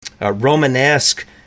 Romanesque